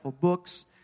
books